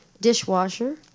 dishwasher